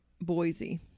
Boise